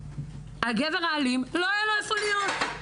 לגבר האלים לא היה איפה להיות.